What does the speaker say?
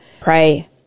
pray